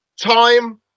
time